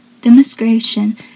demonstration